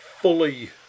Fully